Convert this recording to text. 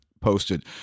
posted